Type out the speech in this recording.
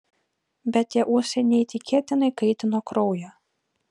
bet tie ūsai neįtikėtinai kaitino kraują